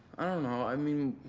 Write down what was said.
i don't know, i mean,